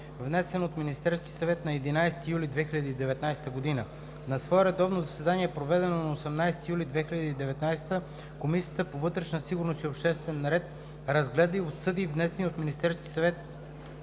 внесен от Министерския съвет на 11 юли 2019 г. На свое редовно заседание, проведено на 18 юли 2019 г., Комисията по вътрешна сигурност и обществен ред разгледа и обсъди внесения от Министерския съвет,